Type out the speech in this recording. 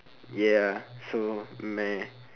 ya so meh